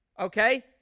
Okay